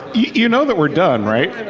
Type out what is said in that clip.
you know that we're done, right?